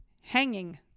hanging